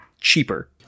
cheaper